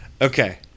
Okay